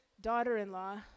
daughter-in-law